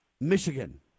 Michigan